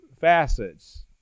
facets